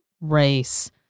race